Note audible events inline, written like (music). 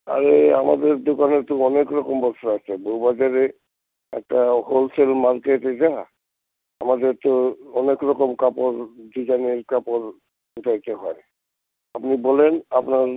আরে আমাদের দোকানে তো অনেক রকম ব্যবসা আছে বউবাজারে একটা হোলসেল মার্কেট এটা আমাদের তো অনেক রকম কাপড় ডিজাইনের কাপড় (unintelligible) হয় আপনি বলেন আপনার